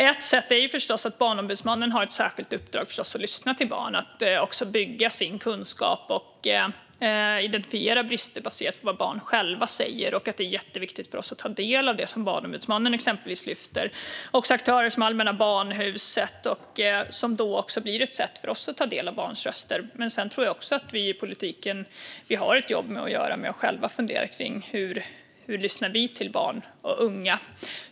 Ett sätt är förstås Barnombudsmannen, som har ett särskilt uppdrag att lyssna till barn, att bygga sin kunskap på det och att identifiera brister baserat på vad barn själva säger. Det är jätteviktigt för oss att ta del av det som exempelvis Barnombudsmannen lyfter. Det handlar också om aktörer som Allmänna Barnhuset, som blir ett sätt för oss att ta del av barns röster. Men vi i politiken har också ett jobb att göra med att själva fundera på hur vi lyssnar till barn och unga.